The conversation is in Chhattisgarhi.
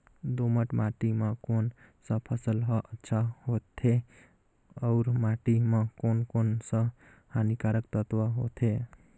दोमट माटी मां कोन सा फसल ह अच्छा होथे अउर माटी म कोन कोन स हानिकारक तत्व होथे?